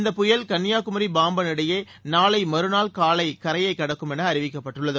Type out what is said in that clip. இந்த புயல் கன்னியாகுமரி பாம்பன் இடையே நாளை மறுநாள் காலை கரையை கடக்கும் என்று அறிவிக்கப்பட்டுள்ளது